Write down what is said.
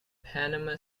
panama